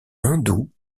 hindous